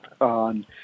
on